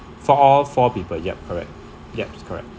for all four people yup correct yup correct